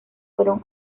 fueron